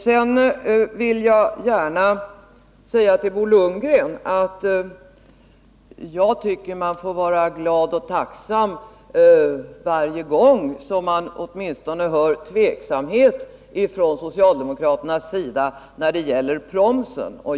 Sedan vill jag gärna säga till Bo Lundgren att jag tycker att man får vara glad och tacksam varje gång som man hör åtminstone tveksamhet ifrån socialdemokraternas sida när det gäller promsen.